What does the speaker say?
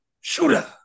Shooter